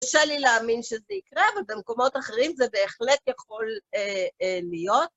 קשה לי להאמין שזה יקרה, אבל במקומות אחרים זה בהחלט יכול להיות.